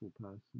person